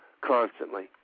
constantly